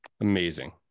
Amazing